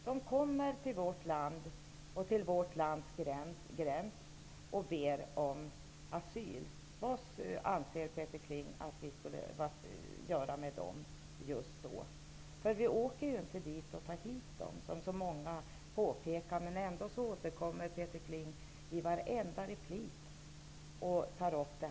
De kommer till vårt lands gräns och ber om asyl. Vad anser Peter Kling att vi skall göra med dem just då? Vi åker ju inte dit och hämtar dem, som så många påpekar. Men ändå säger Peter Kling i varenda replik ''som vi tar hit''.